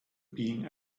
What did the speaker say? being